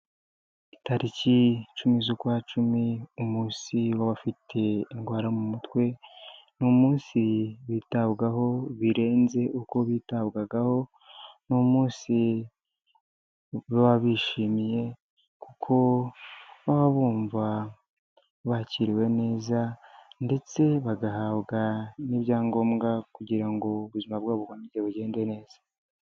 Itariki cumi z'ukwa cumi, umunsi w'abafite indwara mu mutwe, ni umunsi bitabwaho birenze uko bitabwagaho, n' umunsi baba bishimiye kuko baba bumva bakiriwe neza, ndetse bagahabwa n' ibyangombwa kugira ngo ubuzima bwabo buboneke bugende neza.